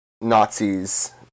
Nazis